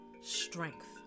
strength